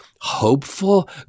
hopeful